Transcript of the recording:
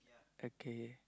okay